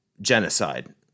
genocide